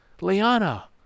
Liana